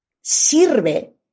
sirve